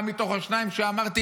גם מתוך השניים שאמרתי,